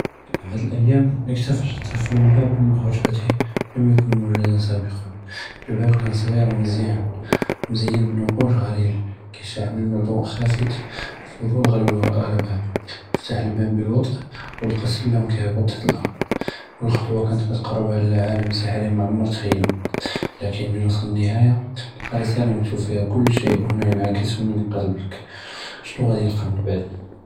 פי אחד אלאיאם אכתשף טפל בבא מן ע'רפתו למא כאן מוג'ודא סאבקאן, אלבאב כאן סג'יר ומזיאן, ומזיין בנקוש ע'ריבה, וכי ישע מנּו דוא ח'אפֶת, אלפדול ע'לבּו פתח אלבאב בּבּוטא, ולקא אלסלם כי יהבט תחת אלארד, כל חטוה כאנת כתקרבו לעאלם סח̣רי מעמר תכּיּלו, ולאכן מן וצּל א־נהאיה לקא רסאלַה مكتובה פיהא כל שי הונא ינעקּס מן קלבּכ. שנו ע'אדי ילקא מן בעד؟